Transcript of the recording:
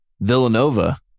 Villanova